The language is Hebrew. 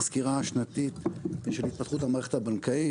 השנתית של התפתחות המערכת הבנקאית.